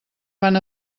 van